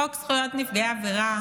חוק זכויות נפגעי עבירה